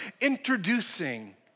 introducing